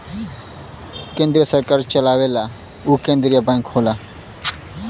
केन्द्र सरकार चलावेला उ केन्द्रिय बैंक होला